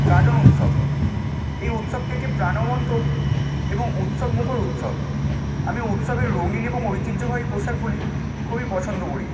গাজন উৎসব এই উৎসবটি একটি প্রাণবন্ত এবং উৎসবমুখর উৎসব আমি উৎসবের রঙিন এবং ঐতিহ্যবাহী পোশাকগুলি খুবই পছন্দ করি